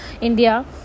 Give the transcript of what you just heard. India